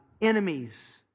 Enemies